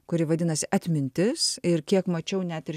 kuri vadinasi atmintis ir kiek mačiau net ir